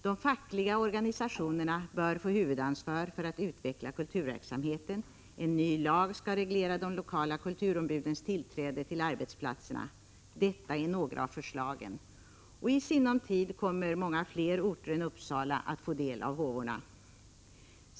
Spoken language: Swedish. De fackliga organisationerna bör få huvudansvar för att utveckla kulturverksamheten. En ny lag skall reglera de lokala kulturombudens tillträde till arbetsplatserna. Detta är några av förslagen, och i sinom tid kommer många fler orter än Uppsala att få del av håvorna.